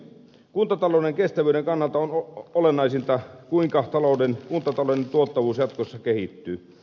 kuntatalouden kestävyyden kannalta on olennaisinta kuinka kuntatalouden tuottavuus jatkossa kehittyy